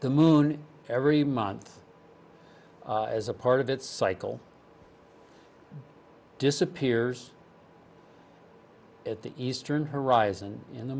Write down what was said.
the moon every month as a part of its cycle disappears at the eastern horizon and in the